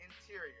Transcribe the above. Interior